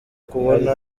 kubona